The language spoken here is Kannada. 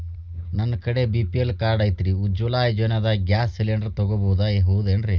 ನನ್ನ ಕಡೆ ಬಿ.ಪಿ.ಎಲ್ ಕಾರ್ಡ್ ಐತ್ರಿ, ಉಜ್ವಲಾ ಯೋಜನೆದಾಗ ಗ್ಯಾಸ್ ಸಿಲಿಂಡರ್ ತೊಗೋಬಹುದೇನ್ರಿ?